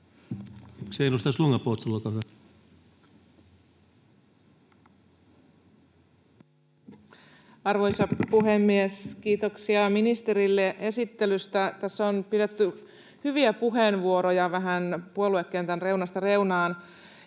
Arvoisa puhemies! Kiitoksia ministerille esittelystä. Tässä on pidetty hyviä puheenvuoroja vähän puoluekentän reunasta reunaan,